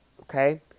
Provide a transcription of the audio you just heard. Okay